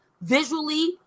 visually